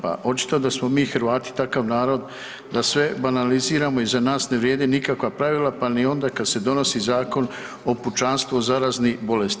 Pa očito da smo mi Hrvati takav narod da sve banaliziramo i za nas ne vrijede nikakva pravila, pa ni onda kad se donosi Zakon o pučanstvu od zaraznih bolesti.